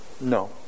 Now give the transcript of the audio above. no